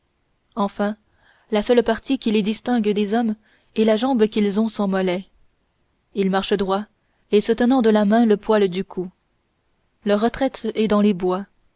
enfin la seule partie qui les distingue des hommes est la jambe qu'ils ont sans mollet ils marchent droits en se tenant de la main le poil du cou leur retraite est dans les bois